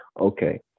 Okay